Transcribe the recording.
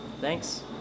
Thanks